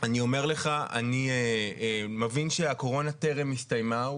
אני מבין שהקורונה טרם הסתיימה,